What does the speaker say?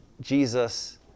Jesus